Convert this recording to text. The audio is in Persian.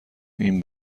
این